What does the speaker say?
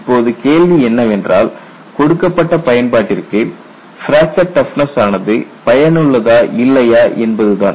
இப்போது கேள்வி என்னவென்றால் கொடுக்கப்பட்ட பயன்பாட்டிற்கு பிராக்சர் டஃப்னஸ் ஆனது பயனுள்ளதா இல்லையா என்பதுதான்